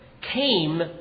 came